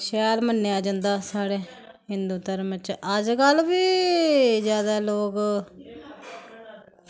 शैल मन्नेआ जंदा साढ़े हिंदू धरम च अजकल्ल बी जैदा लोक